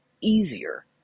easier